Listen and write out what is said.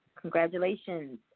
Congratulations